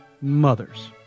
mothers